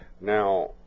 Now